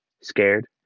scared